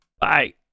Bye